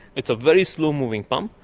it's a very slow-moving pup.